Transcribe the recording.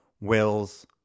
Will's